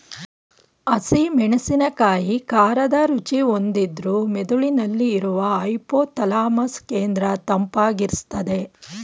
ಹಸಿ ಮೆಣಸಿನಕಾಯಿ ಖಾರದ ರುಚಿ ಹೊಂದಿದ್ರೂ ಮೆದುಳಿನಲ್ಲಿ ಇರುವ ಹೈಪೋಥಾಲಮಸ್ ಕೇಂದ್ರ ತಂಪಾಗಿರ್ಸ್ತದೆ